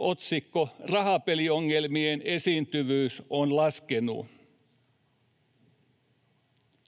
otsikkona ”Rahapeliongelmien esiintyvyys on laskenut”.